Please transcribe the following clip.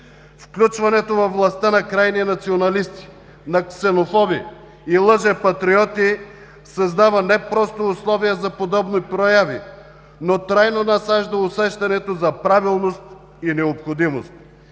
Включването във властта на крайни националисти, на ксенофоби и лъжепатриоти създава не просто условия за подобни прояви, но трайно насажда усещането за правилност и необходимост.